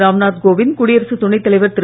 ராம்நாத் கோவிந்த் குடியரசுத் துணைத் தலைவர் திரு